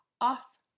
off